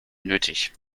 nötig